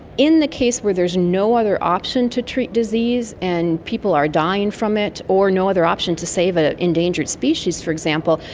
in the case where there is no other option to treat disease and people are dying from it, or no other option to save an endangered species, for example,